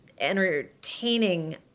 entertaining